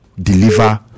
deliver